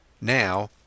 Now